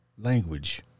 language